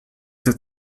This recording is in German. der